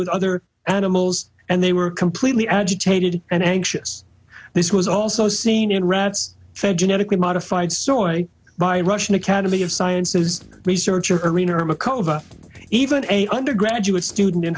with other animals and they were completely agitated and anxious this was also seen in rats fed genetically modified soil by russian academy of sciences research arena or macos even a undergraduate student in